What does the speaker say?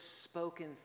spoken